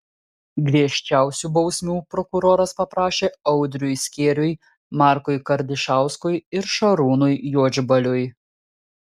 griežčiausių bausmių prokuroras paprašė audriui skėriui markui kardišauskui ir šarūnui juodžbaliui